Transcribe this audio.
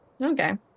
Okay